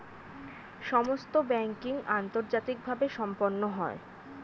সমস্ত ব্যাংকিং আন্তর্জাতিকভাবে সম্পন্ন হয়